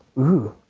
ooh.